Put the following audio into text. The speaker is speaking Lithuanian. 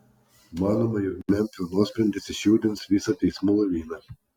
manoma jog memfio nuosprendis išjudins visą teismų laviną